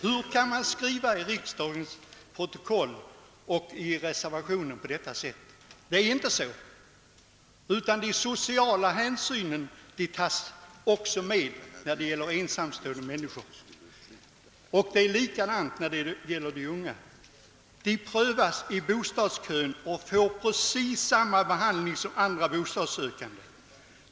Hur kan man skriva i riksdagens protokoll och i reservationen på detta sätt? Det förhåller sig inte så, utan de sociala hänsynen tas också med i bilden när det gäller ensamstående människor, och det är likadant med de unga familjerna. De får i bostadskön precis samma behandling som andra bostadssökande.